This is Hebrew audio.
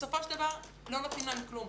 בסופו של דבר, לא נותנים להם כלום.